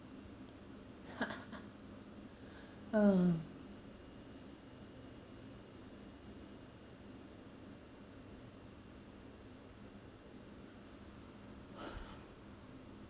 uh